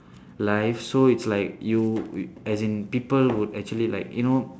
life so it's like you as in people would actually like you know